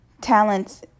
talents